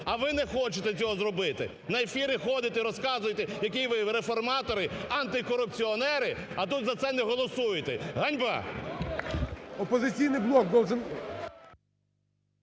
А ви не хочете це зробити. На ефіри ходите, розказуєте, які ви реформатори, антикорупціонери, а тут за це не голосуєте. Ганьба!